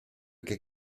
che